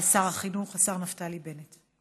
שר החינוך, השר נפתלי בנט.